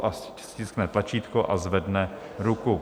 Ať stiskne tlačítko a zvedne ruku.